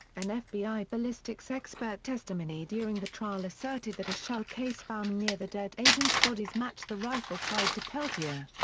an fbi ballistics expert testimony during the trial asserted that a shell case found near the dead agents' bodies matched the rifle tied to peltier.